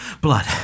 blood